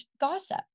gossip